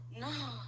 No